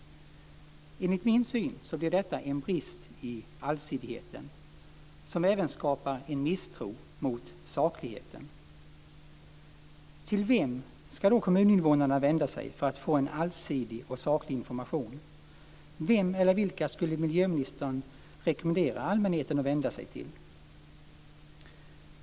Enligt min syn blir detta en brist i allsidigheten som även skapar en misstro mot sakligheten. Till vem ska då kommuninvånarna vända sig för att få en allsidig och saklig information? Vem eller vilka skulle miljöministern rekommendera allmänheten att vända sig till?